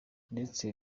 ndetse